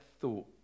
thought